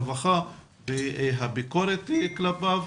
הרווחה והשירותים החברתיים,